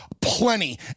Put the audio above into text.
plenty